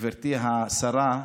גברתי השרה,